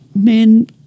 Men